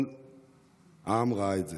כל העם ראה את זה.